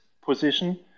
position